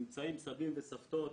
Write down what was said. סבים וסבתות,